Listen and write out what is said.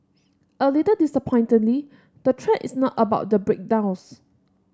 a little disappointingly the thread is not about the breakdowns